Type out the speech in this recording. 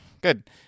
Good